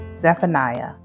Zephaniah